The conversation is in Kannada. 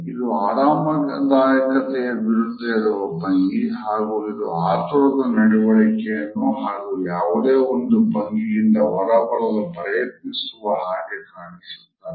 ಇದು ಅರಮಾದಾಯಕತೆಯ ವಿರುದ್ಧ ಇರುವ ಭಂಗಿ ಹಾಗೂ ಇದು ಆತುರದ ನಡವಳಿಕೆಯನ್ನು ಹಾಗೂ ಯಾವುದೇ ಒಂದು ಭಂಗಿಯಿಂದ ಹೊರಬರಲು ಪ್ರಯತ್ನಿಸುವ ಹಾಗೆ ಕಾಣಿಸುತ್ತದೆ